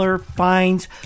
fines